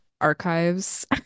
archives